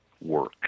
work